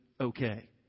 okay